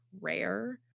rare